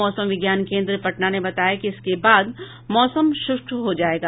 मौसम विज्ञान केन्द्र पटना ने बताया कि इसके बाद मौसम शुष्क हो जायेगा